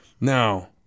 Now